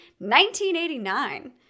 1989